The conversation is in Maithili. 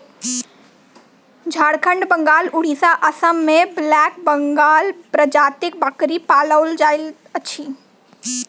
झारखंड, बंगाल, उड़िसा, आसाम मे ब्लैक बंगाल प्रजातिक बकरी पाओल जाइत अछि